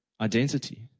identity